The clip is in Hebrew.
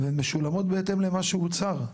והן משולמות בהתאם למה שהוצהר.